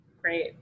Great